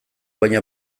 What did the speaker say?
baina